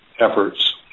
efforts